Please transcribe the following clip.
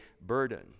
burden